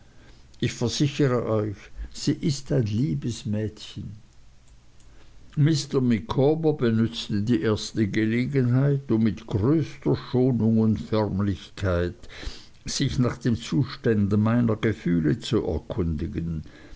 ich versichere euch sie ist ein liebes mädchen mr micawber benützte die erste gelegenheit um mit größter schonung und förmlichkeit sich nach dem zustande meiner gefühle zu erkundigen